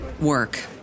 work